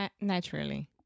naturally